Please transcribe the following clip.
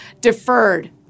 deferred